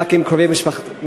רק עם קרובי משפחה,